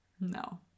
No